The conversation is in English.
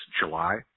July